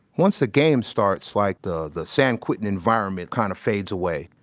once the game starts, like the, the san quentin environment kind of fades away.